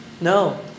No